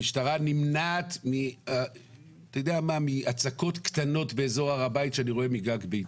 המשטרה נמנעת מהצקות קטנות באזור הר הבית שאני רואה מגג ביתי.